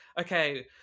okay